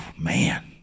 Man